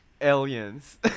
aliens